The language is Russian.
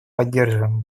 поддерживаем